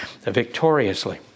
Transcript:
Victoriously